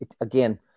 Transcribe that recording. again